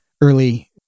early